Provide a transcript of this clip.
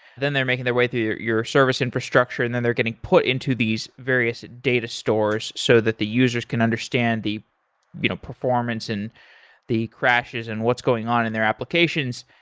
then they're making their way through your your service infrastructure and then they're getting put into these various data stores so that the users can understand the you know performance and the crashes and what's going on in their applications.